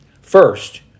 First